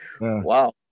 wow